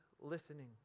listening